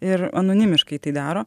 ir anonimiškai tai daro